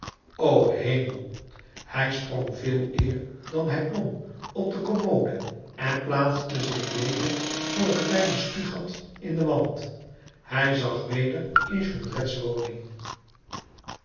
o hemel hij sprong veeleer dan hij klom op de commode en plaatste zich weder voor het kleine spiegat in den wand hij zag weder in jondrettes woning